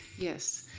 yes.